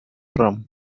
from